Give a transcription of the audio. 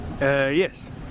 Yes